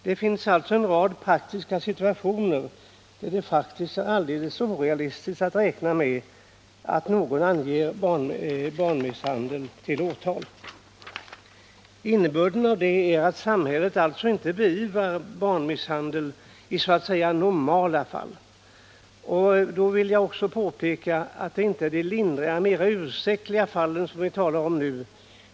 Det finns alltså en rad praktiska situationer där det faktiskt är alldeles orealistiskt att räkna med att någon anger barnmisshandel till åtal. Innebörden av det är att samhället alltså inte beivrar barnmisshandel i så att säga ”normala” fall. Och då vill jag också påpeka att det inte är de lindriga, mera ursäktliga fallen som vi talar om nu.